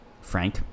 Frank